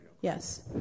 Yes